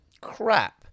crap